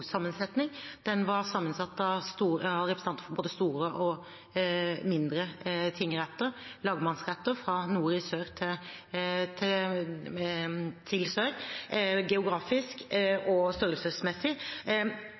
sammensetning. Den var sammensatt av representanter for både store og mindre tingretter og lagmannsretter, fra nord til sør,